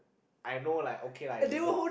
I know like okay lah I deserve it